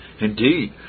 Indeed